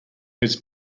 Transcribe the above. heads